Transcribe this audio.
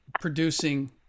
producing